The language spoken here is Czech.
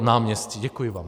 Náměstci, děkuji vám.